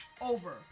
over